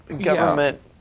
government